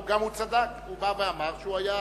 גם הוא צדק, הוא בא ואמר שהוא היה החלוץ.